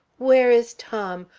where is tom?